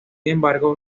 embargo